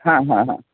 हा हा हा